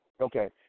okay